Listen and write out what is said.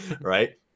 right